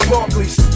Barclays